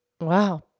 Wow